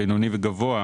בינוני וגבוה.